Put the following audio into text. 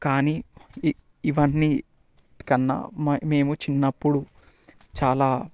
కానీ ఇవన్నీ కన్నా మేము చిన్నప్పుడు చాలా